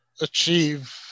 achieve